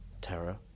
terror